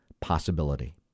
possibility